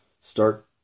start